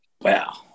Wow